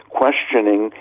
questioning